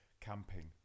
camping